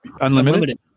Unlimited